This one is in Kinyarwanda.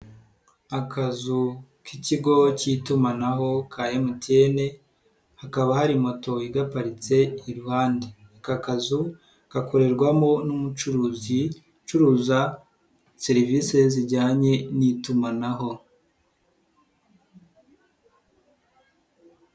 Akazu k'ikigo cy'itumanaho ka MTN hakaba hari moto igaparitse iruhande, aka kazu gakorerwamo n'umucuruzi ucuruza serivise zijyanye n'itumanaho.